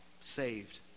saved